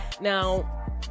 Now